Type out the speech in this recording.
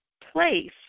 place